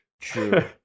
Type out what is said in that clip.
True